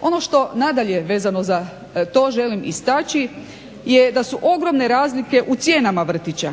Ono što nadalje vezano za to želim istaći je da su ogromne razlike u cijenama vrtića.